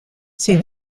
ces